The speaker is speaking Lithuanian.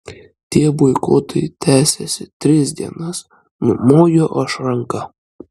tie boikotai tęsiasi tris dienas numoju aš ranka